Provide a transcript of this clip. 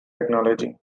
technology